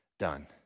Done